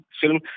film